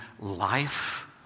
life